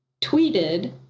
tweeted